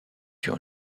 sur